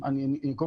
דיונים.